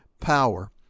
power